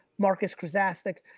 marcus krosastik,